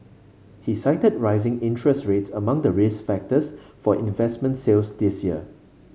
he cited rising interest rates among the risk factors for investment sales this year